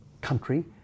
country